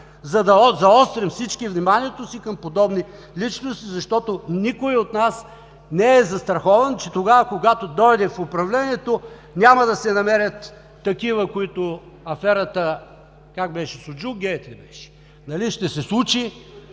заострим всички вниманието си към подобни личности, защото никой от нас не е застрахован, че тогава, когато дойде в управлението, няма да се намерят такива, които аферата, как беше – „Суджукгейт“ ли беше, ще се случи,